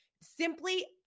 simply